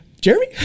Jeremy